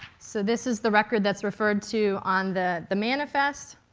so this is the record that's referred to on the the manifest.